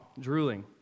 drooling